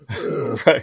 right